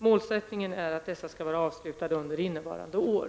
Målsättningen är att de skall vara avslutade under innevarande år.